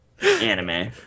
anime